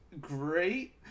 great